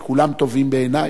כי כולם טובים בעיני,